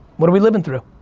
what are we living through?